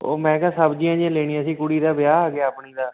ਉਹ ਮੈਂ ਕਿਹਾ ਸਬਜ਼ੀਆਂ ਜਿਹੀਆਂ ਲੈਣੀਆਂ ਸੀ ਕੁੜੀ ਦਾ ਵਿਆਹ ਆ ਗਿਆ ਆਪਣੀ ਦਾ